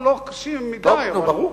לא קשים מדי, טוב, נו, ברור.